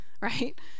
right